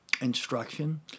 instruction